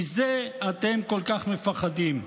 מזה אתם כל כך מפחדים,